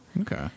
Okay